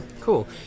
Cool